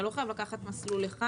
אתה לא חייב לקחת מסלול אחד,